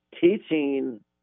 teaching